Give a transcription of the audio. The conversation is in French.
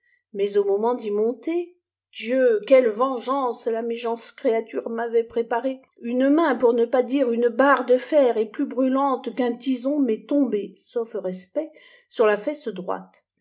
mais au moment d'y monter dieu i quelle vengeance la méchante créature m'avait préparée une main pour ne pas dire une barre de fer çi plus brûlante qu'un tison m'est tombée sauf respect sur la fesse droite